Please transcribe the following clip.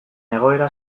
egoera